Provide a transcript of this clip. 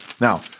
Now